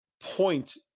point